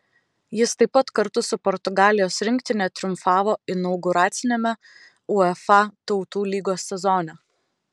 jis taip pat kartu su portugalijos rinktine triumfavo inauguraciniame uefa tautų lygos sezone